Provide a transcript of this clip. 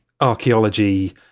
archaeology